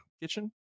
kitchen